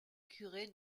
curé